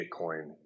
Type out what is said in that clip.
Bitcoin